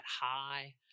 high